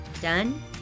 done